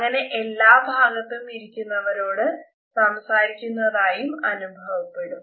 അങ്ങനെ എല്ലാ ഭാഗത്തും ഇരിക്കുന്നവരോട് സംസാരിക്കുന്നതായും അനുഭവപ്പെടും